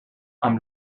amb